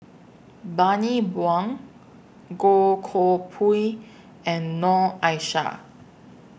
Bani Buang Goh Koh Pui and Noor Aishah